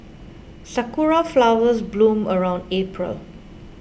sakura flowers bloom around April